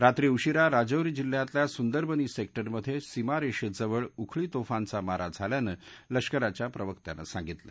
रात्री उशीरा राजौरी जिल्ह्यातल्या सुंदरबनी सद्या उमध झीमार्ख्विळ उखळीतोफांचा मारा झाल्याचं लष्कराच्या प्रवक्त्यांनं सांगितलं